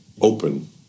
open